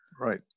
Right